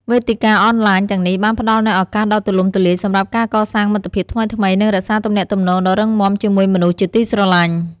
វេទិកាអនឡាញទាំងនេះបានផ្តល់នូវឱកាសដ៏ទូលំទូលាយសម្រាប់ការកសាងមិត្តភាពថ្មីៗ និងរក្សាទំនាក់ទំនងដ៏រឹងមាំជាមួយមនុស្សជាទីស្រឡាញ់។